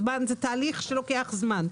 זה תהליך שלוקח זמן.